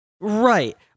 right